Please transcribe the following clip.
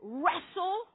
wrestle